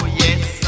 yes